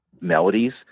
melodies